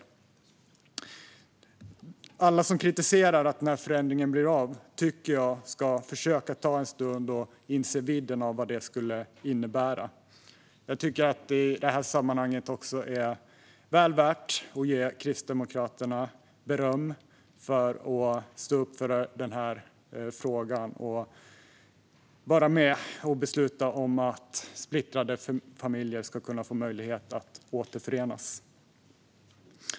Jag tycker att alla som kritiserar att denna förändring blir av ska försöka inse vidden av vad detta skulle innebära. I detta sammanhang vill jag ge Kristdemokraterna beröm för att de ställer sig bakom beslutet att splittrade familjer ska kunna få möjlighet att återförenas.